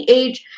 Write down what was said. age